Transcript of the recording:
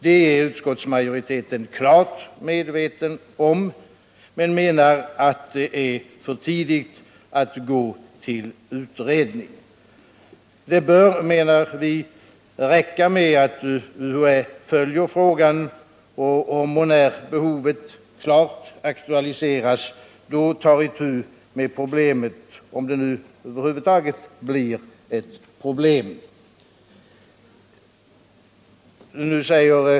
Detta är utskottsmajoriteten klart medveten om, men menar att det är för tidigt att gå till utredning. Det bör, menar vi, räcka med att UHÄ följer frågan och, om och när behovet klart aktualiseras, då tar itu med problemet — om det nu över huvud taget blir ett problem.